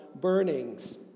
burnings